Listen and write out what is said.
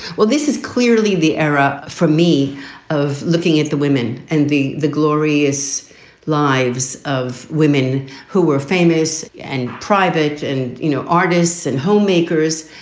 well, this is clearly the era for me of looking at the women and the the glorious lives of women who were famous and private and, you know, artists and homemakers.